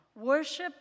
worship